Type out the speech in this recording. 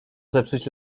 zepsuć